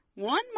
One